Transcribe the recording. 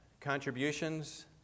contributions